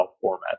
format